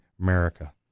America